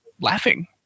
laughing